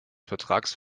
vertrags